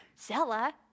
Zella